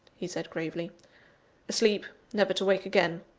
he said gravely asleep, never to wake again.